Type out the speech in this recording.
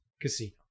Casino